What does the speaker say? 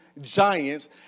giants